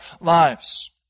lives